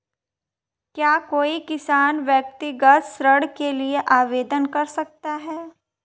क्या कोई किसान व्यक्तिगत ऋण के लिए आवेदन कर सकता है?